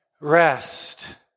Rest